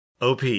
OP